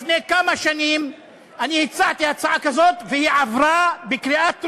לפני כמה שנים הצעתי הצעה כזו והיא עברה בקריאה טרומית.